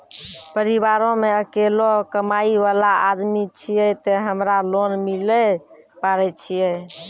परिवारों मे अकेलो कमाई वाला आदमी छियै ते हमरा लोन मिले पारे छियै?